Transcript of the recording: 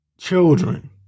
children